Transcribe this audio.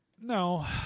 No